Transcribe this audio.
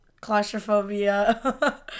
Claustrophobia